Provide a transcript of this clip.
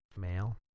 Mail